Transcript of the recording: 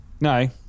No